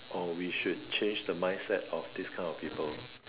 or we should change the mindset of this kind of people